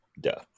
duh